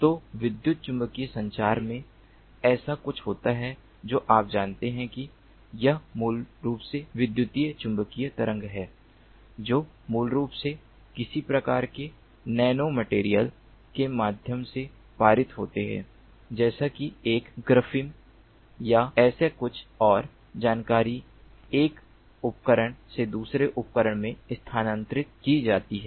तो विद्युत चुम्बकीय संचार में ऐसा कुछ होता है जो आप जानते हैं कि यह मूल रूप से विद्युत चुम्बकीय तरंगें हैं जो मूल रूप से किसी प्रकार के नैनोमटेरियल के माध्यम से पारित होती हैं जैसे कि एक ग्रफीम या ऐसा कुछ और जानकारी एक उपकरण से दूसरे उपकरण में स्थानांतरित की जाती है